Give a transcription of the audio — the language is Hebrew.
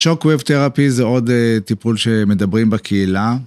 Shockwave therapy זה עוד טיפול שמדברים בקהילה.